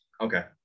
okay